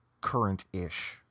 current-ish